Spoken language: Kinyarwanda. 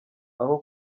umurimo